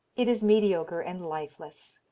it is mediocre and lifeless.